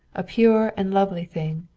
a pure and lovely thing,